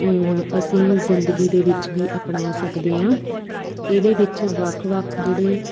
ਅਸੀਂ ਜ਼ਿੰਦਗੀ ਦੇ ਵਿੱਚ ਵੀ ਅਪਣਾ ਸਕਦੇ ਹਾਂ ਇਹਦੇ ਵਿੱਚ ਵੱਖ ਵੱਖ ਜਿਹੜੇ